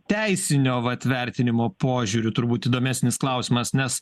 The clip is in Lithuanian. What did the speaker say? teisinio vat vertinimo požiūriu turbūt įdomesnis klausimas nes